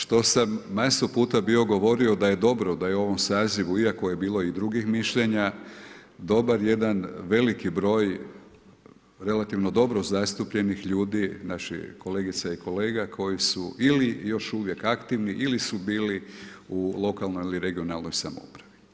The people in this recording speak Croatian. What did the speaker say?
Što sam masu puta bio govorio da je dobro da je u ovom sazivu, iako je bilo i drugih mišljenja dobar jedan veliki broj relativno dobro zastupljenih ljudi, naših kolegica i kolega koji su ili još uvijek aktivni ili su bili u lokalnoj ili regionalnoj samoupravi.